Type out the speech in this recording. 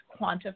quantify